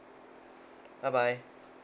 bye bye